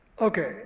Okay